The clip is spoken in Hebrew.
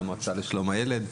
מהמועצה לשלום הילד,